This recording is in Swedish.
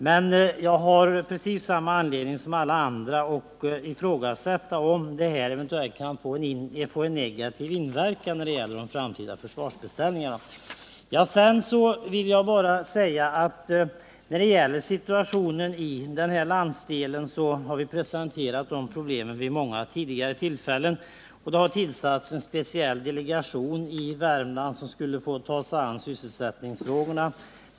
Men jag har precis samma anledning som alla andra att ifrågasätta om det eventuellt kan få en negativ inverkan när det gäller de framtida försvarsbeställningarna. När det gäller situationen i den här landsdelen har vi presenterat de problemen vid många tidigare tillfällen, och det har tillsatts en speciell delegation i Värmland som skulle ta sig an sysselsättningsfrågorna.